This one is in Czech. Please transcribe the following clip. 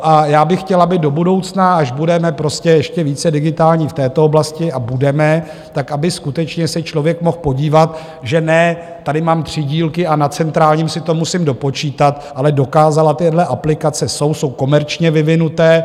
A já bych chtěl, aby do budoucna, až budeme ještě více digitální v této oblasti, a budeme, tak aby skutečně se člověk mohl podívat, že ne, tady mám tři dílky, a na centrálním si to musím dopočítat, ale dokázala, tyhle aplikace jsou, jsou komerčně vyvinuté.